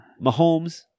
Mahomes